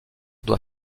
doit